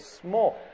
small